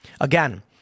Again